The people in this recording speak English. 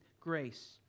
grace